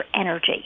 energy